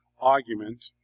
argument